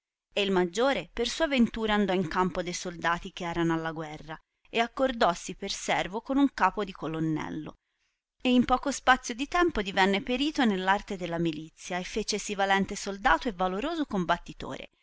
e il maggiore per sua ventura andò in campo de soldati che erano alla guerra e accordossi per servo con un capo di collonello e in poco spazio di tempo divenne perito nell arte della milizia e fecesi valente soldato e valoroso combattitore